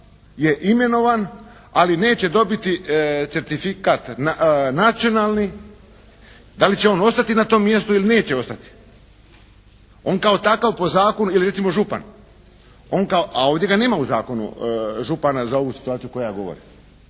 je imenovan, ali neće dobiti certifikat nacionalni, da li će on ostati na tom mjestu ili neće ostati. On kao takav po zakonu ili recimo župan, a ovdje ga nema u zakonu, župana za ovu situaciju o kojoj ja govorim.